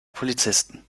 polizisten